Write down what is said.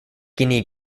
guinea